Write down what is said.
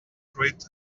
great